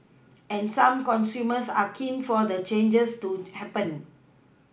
and some consumers are keen for the changes to happen